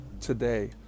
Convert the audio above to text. today